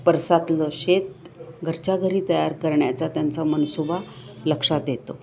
परसातलं शेत घरच्या घरी तयार करण्याचा त्यांचा मनसुभा लक्षात देतो